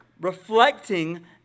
reflecting